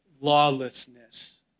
lawlessness